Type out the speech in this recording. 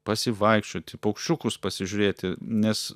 pasivaikščioti paukščiukus pasižiūrėti nes